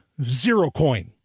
ZeroCoin